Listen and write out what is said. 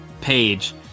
page